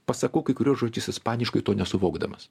pasakau kai kuriuos žodžius ispaniškai to nesuvokdamas